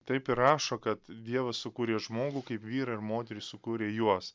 taip ir rašo kad dievas sukūrė žmogų kaip vyrą ir moterį sukūrė juos